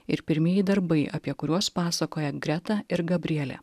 ir pirmieji darbai apie kuriuos pasakoja greta ir gabrielė